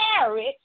marriage